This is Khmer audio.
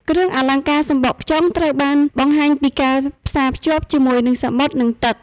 គ្រឿងអលង្ការសំបកខ្យងត្រូវបានបង្ហាញពិការផ្សារភ្ជាប់ជាមួយនឹងសមុទ្រ និងទឹក។